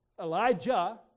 Elijah